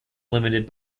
limited